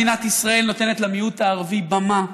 מדינת ישראל נותנת למיעוט הערבי במה,